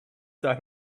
that